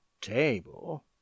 table